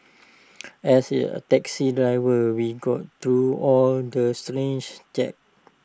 as taxi driver we go through all the gent